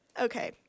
Okay